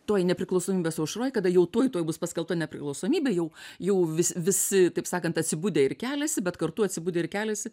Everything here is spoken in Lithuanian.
toj nepriklausomybės aušroj kada jau tuoj tuoj bus paskelbta nepriklausomybė jau jau vis visi taip sakant atsibudę ir keliasi bet kartu atsibudę ir keliasi